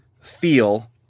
feel